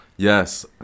Yes